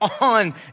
on